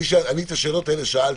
את השאלות האלה שאלתי.